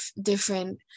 different